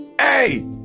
Hey